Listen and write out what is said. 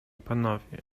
panowie